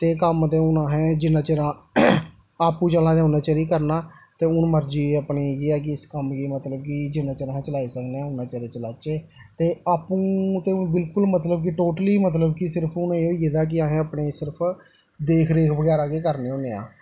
ते कम्म ते हून असें जिन्ने चिरे आपूं चला दे उन्ना चिर ही करना ते हून मर्जी अपनी इ'यै ऐ कि इस कम्म गी मतलब कि जिन्ना चिर अस चलाई सकने आं ते उन्ना चिर चलाचै ते आपूं ते मतलब मतलब कि टोटली मतलब कि सिर्फ हून एह् होई गेदा ऐ कि असें अपने सिर्फ देख रेख बगैरा गै करने होन्ने आं